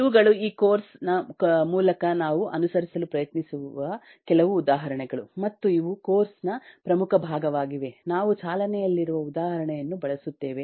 ಇವುಗಳು ಈ ಕೋರ್ಸ್ ನ ಮೂಲಕ ನಾವು ಅನುಸರಿಸಲು ಪ್ರಯತ್ನಿಸುವ ಕೆಲವು ಉದಾಹರಣೆಗಳು ಮತ್ತು ಇವು ಕೋರ್ಸ್ನ ಪ್ರಮುಖ ಭಾಗವಾಗಿವೆ ನಾವು ಚಾಲನೆಯಲ್ಲಿರುವ ಉದಾಹರಣೆಯನ್ನು ಬಳಸುತ್ತೇವೆ